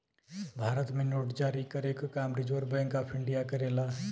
भारत में नोट जारी करे क काम रिज़र्व बैंक ऑफ़ इंडिया करेला